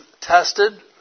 tested